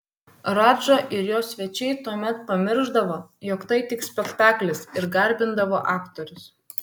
radža ir jo svečiai tuomet pamiršdavo jog tai tik spektaklis ir garbindavo aktorius